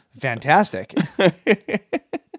fantastic